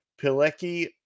Pilecki